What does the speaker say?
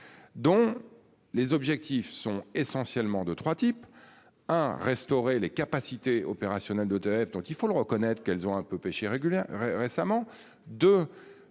Dont les objectifs sont essentiellement de 3 types. Hein. Restaurer les capacités opérationnelles d'EDF donc il faut le reconnaître qu'elles ont un peu pêcher régulière